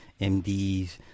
MDs